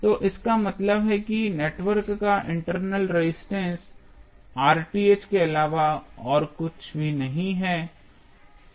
तो इसका मतलब है कि नेटवर्क का इंटरनल रेजिस्टेंस के अलावा कुछ भी नहीं है